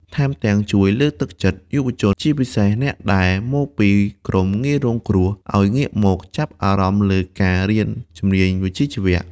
ថែមទាំងជួយលើកទឹកចិត្តយុវជន ជាពិសេសអ្នកដែលមកពីក្រុមងាយរងគ្រោះ ឱ្យងាកមកចាប់អារម្មណ៍លើការរៀនជំនាញវិជ្ជាជីវៈ។